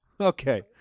Okay